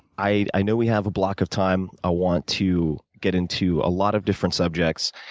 i i know we have a block of time. i want to get into a lot of different subjects.